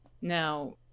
Now